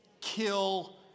kill